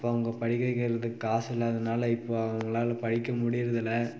அப்போ அவங்க படிக்க வைக்கிறதுக்கு காசு இல்லாததுனால் இப்போ அவங்களால படிக்க முடிகிறதில்ல